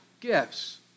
gifts